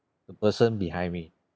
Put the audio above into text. the person behind me